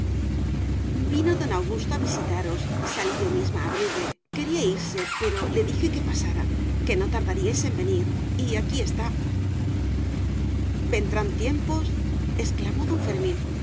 vino don augusto a visitaros salí yo misma a abrirle quería irse pero le dije que pasara que no tardaríais en venir y aquí está vendrán tiemposexclamó don fermínen